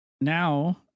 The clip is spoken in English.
now